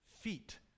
Feet